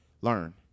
Learn